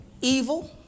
evil